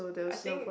I think